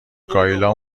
کایلا